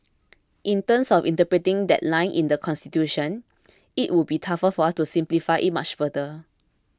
in terms of interpreting that line in the Constitution it would be tough for us to simplify it much further